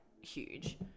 huge